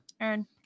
Aaron